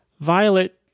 Violet